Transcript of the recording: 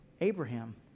Abraham